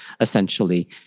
essentially